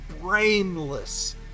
brainless